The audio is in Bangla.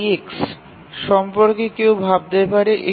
IX সম্পর্কে কেউ ভাবতে পারে